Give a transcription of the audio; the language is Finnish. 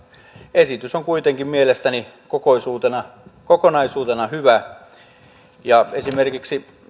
esitys on kuitenkin mielestäni kokonaisuutena kokonaisuutena hyvä esimerkiksi